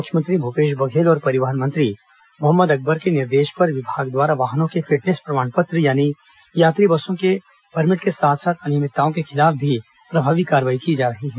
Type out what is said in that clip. मुख्यमंत्री भूपेश बघेल और परिवहन मंत्री मोहम्मद अकबर के निर्देश पर विभाग द्वारा वाहनों के फिटनेस प्रमाण पत्र यात्री बसों के परमिट के साथ साथ अनियमितताओं के खिलाफ भी प्रभावी कार्रवाई की जा रही है